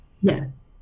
Yes